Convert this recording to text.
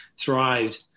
thrived